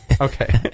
Okay